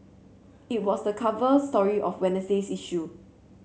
it was the cover story of Wednesday's issue